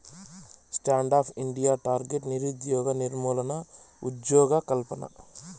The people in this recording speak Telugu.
స్టాండ్ అప్ ఇండియా టార్గెట్ నిరుద్యోగ నిర్మూలన, ఉజ్జోగకల్పన